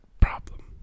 problem